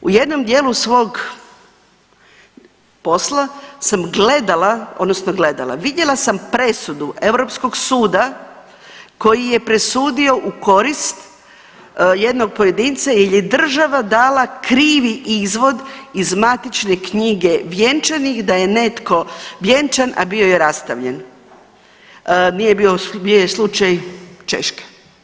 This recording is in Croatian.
U jednom dijelu svog posla sam gledala odnosno gledala vidjela sam presudu Europskog suda koji je presudio u korist jednog pojedinca jer je država dala krivi izvod iz matične knjige vjenčanih da je netko vjenčan, a bio je rastavljen, nije bio, bio je slučaj Češke.